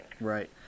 Right